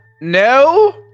no